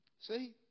See